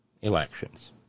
elections